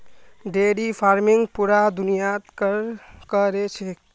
dairy farming पूरा दुनियात क र छेक